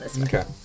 Okay